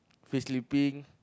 free sleeping